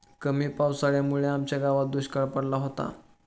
कमी पावसामुळे आमच्या गावात दुष्काळ पडला होता